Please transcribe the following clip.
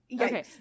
Okay